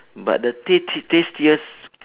but the tasti~ tastiest